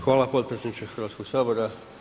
Hvala potpredsjedniče Hrvatskog sabora.